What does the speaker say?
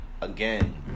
again